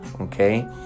okay